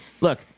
Look